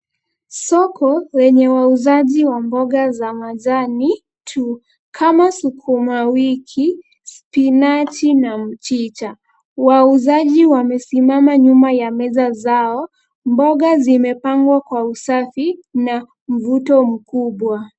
Soko lenye wauzaji wa mboga za majani tupu. Kama sukuma wiki, spinachi na mchicha. Wauzaji wamesimama nyuma ya meza zao, mboga zimepangwa kwa usafi na mvuto mkubwa.